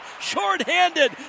Short-handed